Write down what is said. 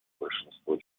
большинство